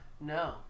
No